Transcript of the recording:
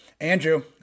Andrew